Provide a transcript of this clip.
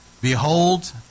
Behold